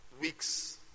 weeks